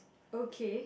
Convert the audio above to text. okay